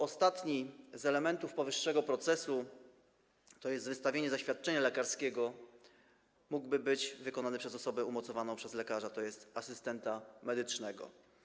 Ostatni z elementów powyższego procesu, tj. wystawienie zaświadczenia lekarskiego, mógłby być wykonany przez osobę umocowaną przez lekarza, tj. asystenta medycznego.